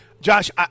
Josh